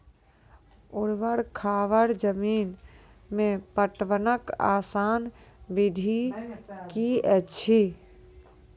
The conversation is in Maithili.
ऊवर खाबड़ जमीन मे पटवनक आसान विधि की ऐछि?